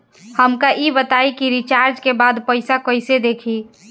हमका ई बताई कि रिचार्ज के बाद पइसा कईसे देखी?